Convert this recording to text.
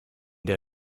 der